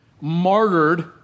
martyred